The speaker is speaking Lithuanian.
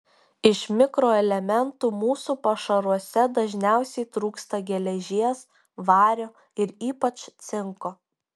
iš mikroelementų mūsų pašaruose dažniausiai trūksta geležies vario ir ypač cinko